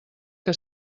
que